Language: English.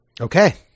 Okay